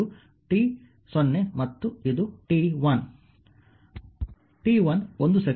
ಆದ್ದರಿಂದ 0 ಯಿಂದ 1